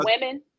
women